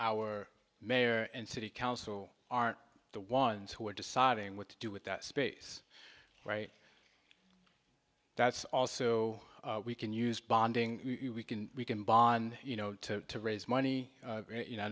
our mayor and city council aren't the ones who are deciding what to do with that space right that's also we can use bonding we can we can bond you know to raise money you know i